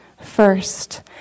First